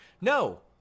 No